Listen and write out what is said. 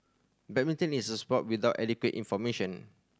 badminton is a sport without adequate information